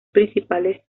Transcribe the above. principales